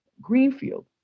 Greenfield